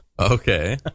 Okay